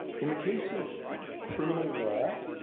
in the case of criminal law,